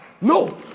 No